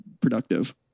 productive